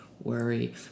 worry